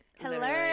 hello